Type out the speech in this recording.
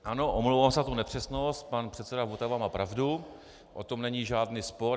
Ano, omlouvám se za tu nepřesnost, pan předseda Votava má pravdu, o tom není žádný spor.